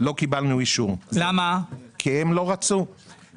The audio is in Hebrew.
לא קיבלנו אישור, כי הם לא רצו.